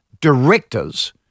directors